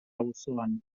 auzoan